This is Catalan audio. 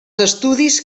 estudis